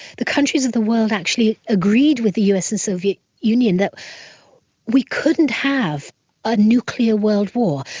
the countries of the world actually agreed with the us and soviet union that we couldn't have a nuclear world war,